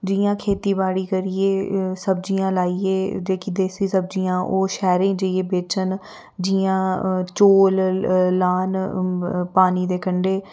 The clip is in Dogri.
जियां खेतीबाड़ी करियै सब्जियां लाइयै जेह्की देसी सब्जियां ओह् शैह्रें च जाइयै बेचन जियां चौल लान पानी दे कंढै